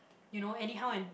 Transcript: you know anyhow and